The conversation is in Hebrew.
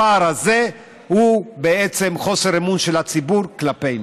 הפער הזה הוא חוסר אמון של הציבור כלפינו.